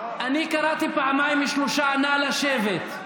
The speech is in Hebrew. אני קראתי פעמיים-שלוש "נא לשבת",